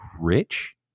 rich